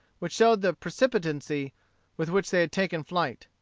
which showed the precipitancy with which they had taken flight.